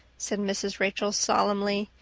said mrs. rachel solemnly.